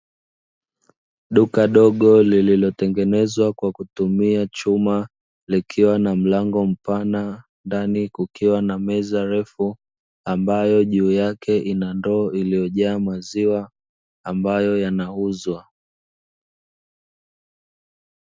Duka dogo lililotengenezwa kwa kutumia chuma likiwa na mlango mpana ndani kukiwa na meza refu, ambayo juu yake ina ndoo iliyojaa maziwa ambayo yanauzwa.